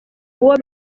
uwo